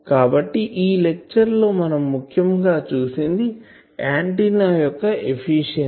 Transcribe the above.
కాబట్టి ఈ లెక్చర్ లో మనం ముఖ్యం గా చూసింది ఆంటిన్నా యొక్క ఎఫిషియన్సీ